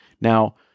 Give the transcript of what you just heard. Now